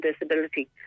disability